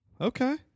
Okay